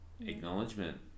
acknowledgement